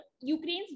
Ukraine's